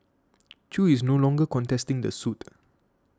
Chew is no longer contesting the suit